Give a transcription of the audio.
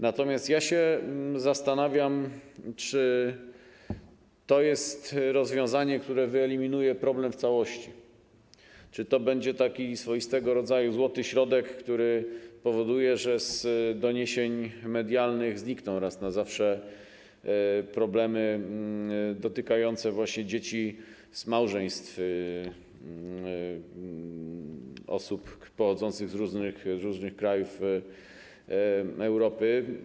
Natomiast ja się zastanawiam, czy to jest rozwiązanie, które wyeliminuje problem w całości, czy to będzie taki swoistego rodzaju złoty środek, który spowoduje, że z doniesień medialnych znikną raz na zawsze problemy dotykające dzieci z małżeństw osób pochodzących z różnych krajów Europy.